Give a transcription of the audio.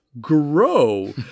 grow